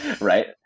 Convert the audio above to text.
right